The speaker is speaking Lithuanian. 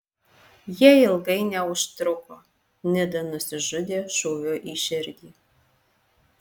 jie ilgai neužtruko nida nusižudė šūviu į širdį